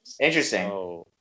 Interesting